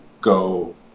go